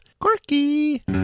Quirky